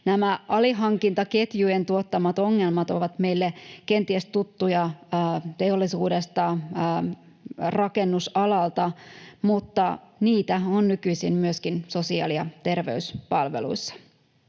Nämä alihankintaketjujen tuottamat ongelmat ovat meille kenties tuttuja teollisuudesta ja rakennusalalta, mutta niitä on nykyisin myöskin sosiaali- ja terveyspalveluissa.